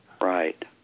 Right